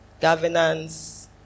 governance